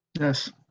Yes